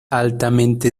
altamente